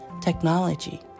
technology